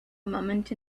moment